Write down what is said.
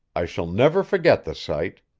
i shall never forget the sight.